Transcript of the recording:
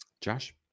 Josh